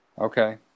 Okay